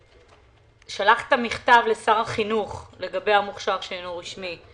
שלחת מכתב לשר החינוך לגבי המוכש"ר שאינו רשמי.